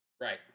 Right